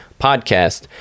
podcast